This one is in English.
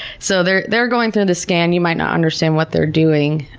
so they're they're going through the scan. you might not understand what they're doing,